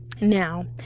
now